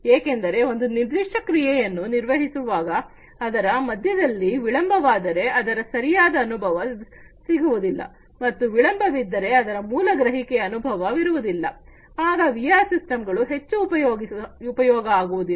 ಏಕೆಂದರೆ ಒಂದು ನಿರ್ದಿಷ್ಟ ಕ್ರಿಯೆಯನ್ನು ನಿರ್ವಹಿಸುವಾಗ ಅದರ ಮಧ್ಯದಲ್ಲಿ ವಿಳಂಬವಾದರೆ ಅದರ ಸರಿಯಾದ ಅನುಭವ ವಿರುವುದಿಲ್ಲ ಮತ್ತು ವಿಳಂಬ ವಿದ್ದರೆ ಅದರ ಮೂಲ ಗ್ರಹಿಕೆಯ ಅನುಭವ ವಿರುವುದಿಲ್ಲ ಆಗ ವಿಆರ್ ಸಿಸ್ಟಮ್ ಗಳು ಹೆಚ್ಚು ಉಪಯೋಗ ಆಗುವುದಿಲ್ಲ